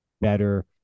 better